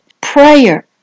prayer